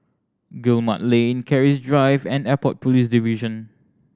Guillemard Lane Keris Drive and Airport Police Division